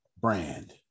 brand